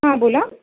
हा बोला